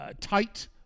tight